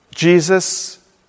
Jesus